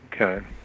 Okay